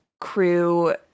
crew